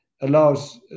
allows